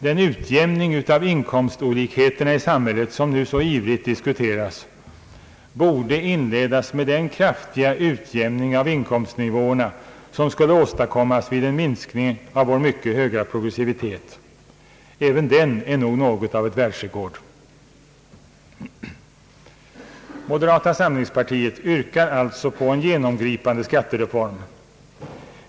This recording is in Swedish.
Den utjämning av inkomstolikheterna i samhället, som nu så ivrigt diskuteras, borde inledas med den kraftiga utjämning av inkomstnivåerna som skulle åstadkommas vid en minskning av vår mycket höga progressivitet. även den är nog något av ett världsrekord. Moderata samlingspartiet yrkar alltså på en genomgripande skattereform.